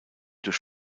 durch